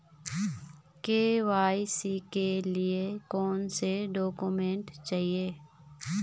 KYC के लिए कौनसे डॉक्यूमेंट चाहिये?